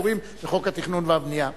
הקשורים לחוק התכנון והבנייה.